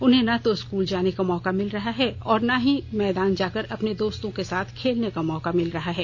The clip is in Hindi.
उन्हें न तो स्कूल जाने का मौका मिल रहा है और ना ही मैदान जाकर अपने दोस्तों के साथ खेलने का मौका मिल रहा है